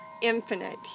infinite